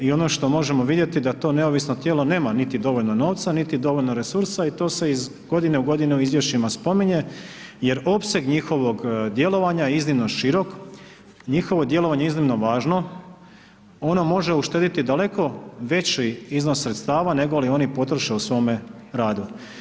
I ono što možemo vidjeti da to neovisno tijelo nema niti dovoljno novca niti dovoljno resursa i to se iz godine u godinu u izvješćima spominje jer opseg njihovog djelovanja je iznimno širok, njihovo djelovanje je iznimno važno, ono može uštedjeti daleko veći iznos sredstava nego li oni potroše u svome radu.